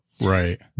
Right